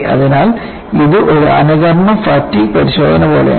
അതിനാൽ ഇത് ഒരു അനുകരണ ഫാറ്റിഗ് പരിശോധന പോലെയാണ്